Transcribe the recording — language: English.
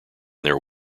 their